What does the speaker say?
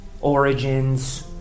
origins